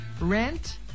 rent